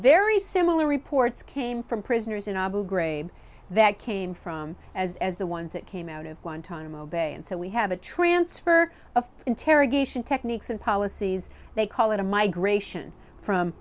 very similar reports came from prisoners in abu ghraib that came from as as the ones that came out of guantanamo bay and so we have a transfer of interrogation techniques and policies they call it a migration from